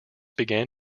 began